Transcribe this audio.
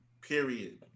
period